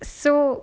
so